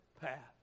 path